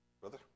brother